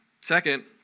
Second